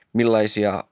Millaisia